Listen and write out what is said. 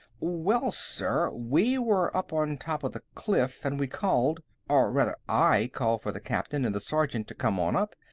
well, sir, we were up on top of the cliff, and we called or rather, i called for the captain and the sergeant to come on up.